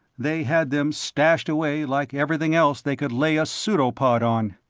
they had them stashed away like everything else they could lay a pseudopod on.